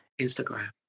Instagram